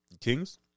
Kings